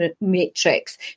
matrix